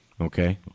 Okay